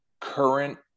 current